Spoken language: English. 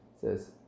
says